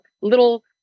little